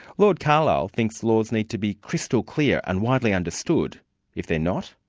lord carlile thinks laws need to be crystal-clear and widely understood if they're not,